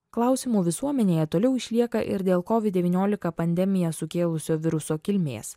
klausimų visuomenėje toliau išlieka ir dėl covid devyniolika pandemiją sukėlusio viruso kilmės